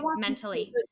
mentally